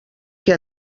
que